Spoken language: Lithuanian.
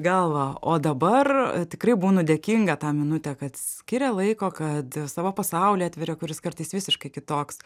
galvą o dabar tikrai būnu dėkinga tą minutę kad skiria laiko kad savo pasaulį atveria kuris kartais visiškai kitoks